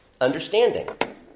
understanding